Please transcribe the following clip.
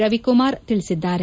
ರವಿಕುಮಾರ್ ತಿಳಿಸಿದ್ದಾರೆ